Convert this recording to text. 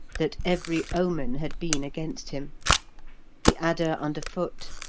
that every omen had been against him the adder under foot,